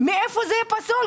למה זה פסול.